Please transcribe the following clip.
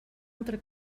altra